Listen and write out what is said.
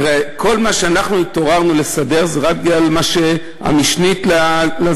הרי כל מה שאנחנו התעוררנו לסדר זה רק בגלל מה שהמשנה אמרה.